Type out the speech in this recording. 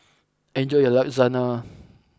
enjoy your Lasagna